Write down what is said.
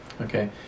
Okay